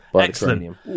Excellent